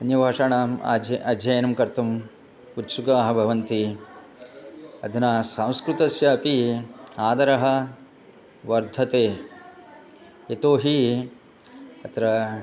अन्यभाषाणाम् आझ् अध्ययनं कर्तुम् उत्सुकाः भवन्ति अधुना संस्कृतस्यापि आदरः वर्धते यतो हि अत्र